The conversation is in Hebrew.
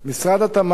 משרד התמ"ת,